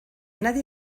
nadie